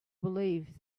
believed